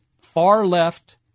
far-left